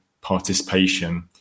participation